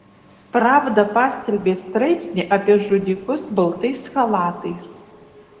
pravda paskelbė straipsnį apie žudikus baltais chalatais